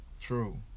True